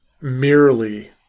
merely